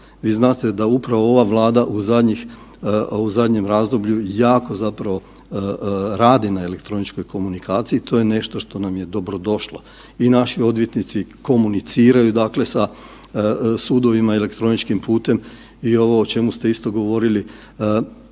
Vi znate da upravo ova Vlada u zadnjem razdoblju jako zapravo radi na elektroničkoj komunikaciji, to je nešto što nam je dobrodošlo. I naši odvjetnici komuniciraju dakle sa sudovima elektroničkim putem i ovo o čemu ste isto govorili,